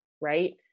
Right